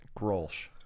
Grolsch